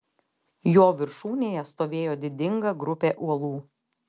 jo viršūnėje stovėjo didinga grupė uolų